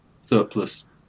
surplus